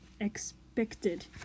expected